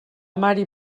mari